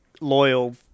loyal